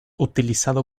utilizado